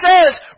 says